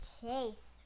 Chase